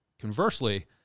Conversely